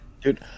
dude